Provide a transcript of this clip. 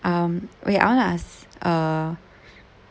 um wait I wanna ask uh